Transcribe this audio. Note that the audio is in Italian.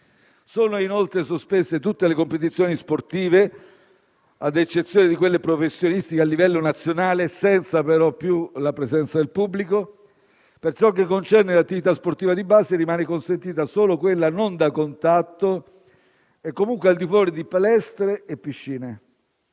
Sono, inoltre, sospese tutte le competizioni sportive, ad eccezione di quelle professionistiche a livello nazionale, senza, però, più la presenza del pubblico. Per ciò che concerne l'attività sportiva di base, rimane consentita solo quella non da contatto e comunque al di fuori di palestre e piscine.